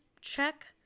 check